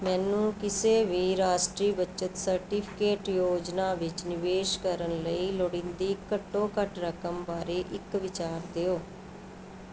ਮੈਨੂੰ ਕਿਸੇ ਵੀ ਰਾਸ਼ਟਰੀ ਬੱਚਤ ਸਰਟੀਫਿਕੇਟ ਯੋਜਨਾ ਵਿੱਚ ਨਿਵੇਸ਼ ਕਰਨ ਲਈ ਲੋੜੀਂਦੀ ਘੱਟੋ ਘੱਟ ਰਕਮ ਬਾਰੇ ਇੱਕ ਵਿਚਾਰ ਦਿਓ